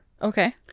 Okay